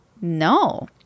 No